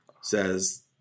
says